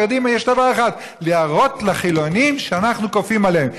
החרדים יש דבר אחד: להראות לחילונים שאנחנו כופים עליהם.